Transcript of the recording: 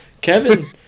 Kevin